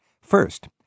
First